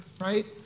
Right